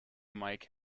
mike